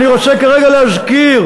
אני רוצה כרגע להזכיר.